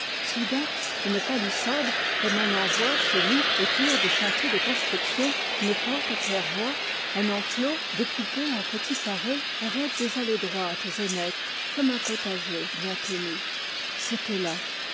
soudain une palissade comme on en voit chez nous autour des chantiers de construction une porte à claire-voie un enclos découpé en petits carrés avec des allées droites et nettes comme un potager bien tenu c'était là